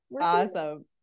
awesome